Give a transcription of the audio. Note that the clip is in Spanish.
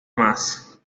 más